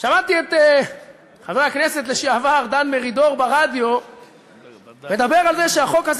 שמעתי את חבר הכנסת לשעבר דן מרידור אומר ברדיו שבחוק הזה